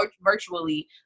virtually